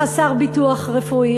חסר ביטוח רפואי,